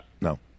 no